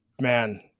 Man